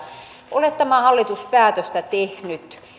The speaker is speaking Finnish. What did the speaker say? ole tämä hallitus päätöstä tehnyt